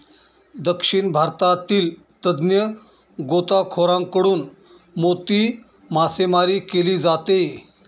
दक्षिण भारतातील तज्ञ गोताखोरांकडून मोती मासेमारी केली जाते